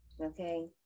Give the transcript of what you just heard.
Okay